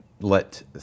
let